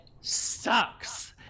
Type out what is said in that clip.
sucks